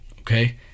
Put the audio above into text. okay